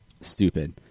stupid